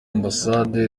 ambasade